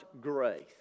grace